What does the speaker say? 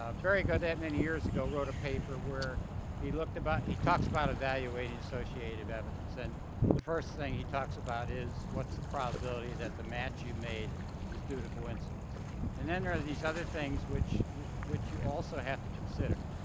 ah barry gaudette many years ago wrote a paper where he looked about he talks about evaluating associative evidence and the first thing he talks about is what's the probability that the match you've made is due to coincidence and then there's these other things which which you also have to consider.